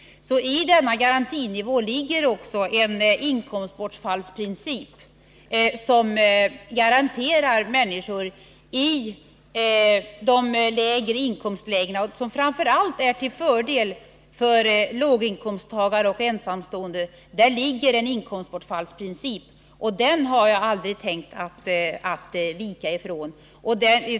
I denna garantinivå ligger alltså också en inkomstbortfallsprincip som är en garanti för människor i de lägre inkomstlägena. Den är framför allt till fördel för låginkomsttagare och ensamstående. Och jag har aldrig tänkt att vika från denna princip.